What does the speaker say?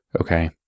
Okay